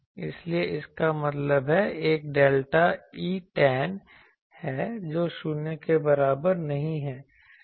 इसलिए इसका मतलब है एक डेल्टा Etan है जो शून्य के बराबर नहीं है